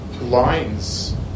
lines